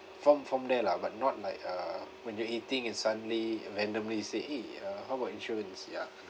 from from there lah but not like uh when you're eating and suddenly randomly you say eh uh how about insurance ya